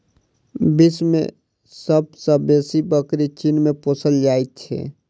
विश्व मे सब सॅ बेसी बकरी चीन मे पोसल जाइत छै